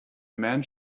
man